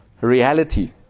reality